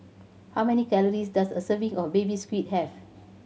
how many calories does a serving of Baby Squid have